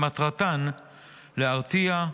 שמטרתן להרתיע,